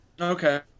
Okay